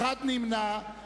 נמנע אחד.